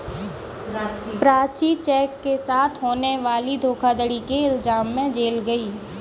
Prachi cheque के साथ होने वाली धोखाधड़ी के इल्जाम में जेल गई